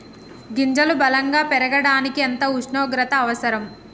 గింజలు బలం గా పెరగడానికి ఎంత ఉష్ణోగ్రత అవసరం?